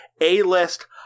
A-list